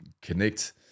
connect